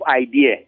idea